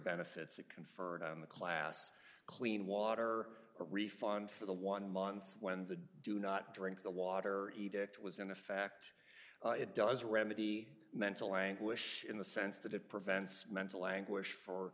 benefits it conferred on the class clean water or a refund for the one month when the do not drink the water edict was in effect it does remedy mental anguish in the sense that it prevents mental anguish for